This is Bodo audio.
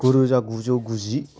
गुरोजा गुजौ गुजि